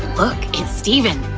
look, it's steven!